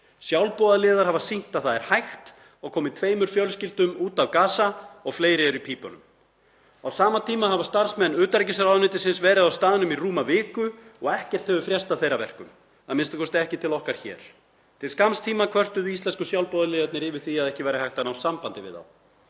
Sjálfboðaliðar hafa sýnt að það er hægt og komið tveimur fjölskyldum út af Gaza og fleiri eru í pípunum. Á sama tíma hafa starfsmenn utanríkisráðuneytisins verið á staðnum í rúma viku og ekkert hefur frést af þeirra verkum, a.m.k. ekki til okkar hér. Til skamms tíma kvörtuðu íslensku sjálfboðaliðarnir yfir því að ekki væri hægt að ná sambandi við þá.